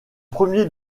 premiers